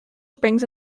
springs